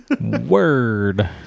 Word